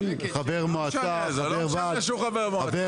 כן, חבר מועצה, חבר